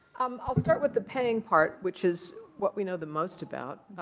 um i'll start with the paying part, which is what we know the most about.